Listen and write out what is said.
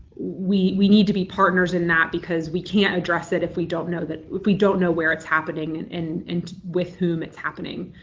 we we need to be partners in that because we can't address it if we don't know that if we don't know where it's happening and and with whom it's happening.